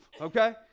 okay